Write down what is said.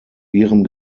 ihrem